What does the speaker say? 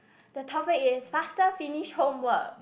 the topic is faster finish homework